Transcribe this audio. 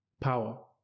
power